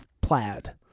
plaid